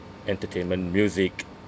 entertainment music